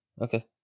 Okay